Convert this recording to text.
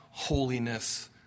Holiness